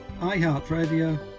iHeartRadio